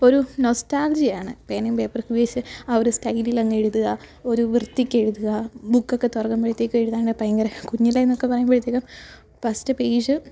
ഒരു നൊസ്റ്റാൾജിയയാണ് പേനയും പേപ്പറും ഉപയോഗിച്ച് ആ ഒരു സ്റ്റൈലിലങ്ങ് എഴുതുക ഒരു വൃത്തിക്ക് എഴുതുക ബുക്കൊക്കെ തുടങ്ങുമ്പോഴത്തേക്കും എഴുതാനുള്ള ഭയങ്കര കുഞ്ഞിലേ എന്നൊക്കെ പറയുമ്പോഴത്തേനും ഫസ്റ്റ് പേജ്